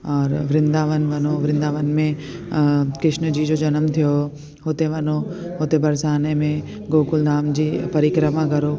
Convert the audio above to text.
और वृंदावन वञो वृंदावन में अ कृष्ण जी जो जनमु थियो हुते वञो हुते बरसाने में गोकुल धाम जे परिक्रमा कयो